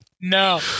no